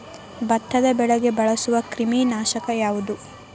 ಭತ್ತದ ಬೆಳೆಗೆ ಬಳಸುವ ಕ್ರಿಮಿ ನಾಶಕ ಯಾವುದು?